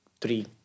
three